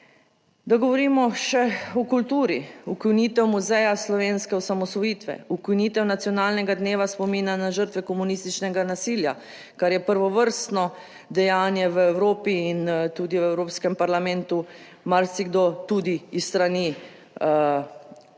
Da govorimo še o kulturi, ukinitev Muzeja slovenske osamosvojitve, ukinitev nacionalnega dneva spomina na žrtve komunističnega nasilja, kar je prvovrstno dejanje v Evropi in tudi v Evropskem parlamentu, marsikdo, tudi s strani,